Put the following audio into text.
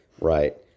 Right